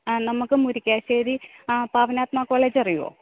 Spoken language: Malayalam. ആ നമുക്ക് മുരിക്കാശ്ശേരി പാവനാത്മ കോളേജറിയുമോ